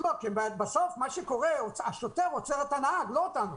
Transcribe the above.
בסוף מה שקורה, השוטר עוצר את הנהג, לא אותנו.